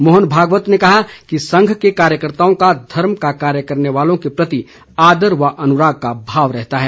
मोहन भागवत ने कहा कि संघ के कार्यकर्ताओं का धर्म का कार्य करने वालों के प्रति आदर व अनुराग का भाव रहता है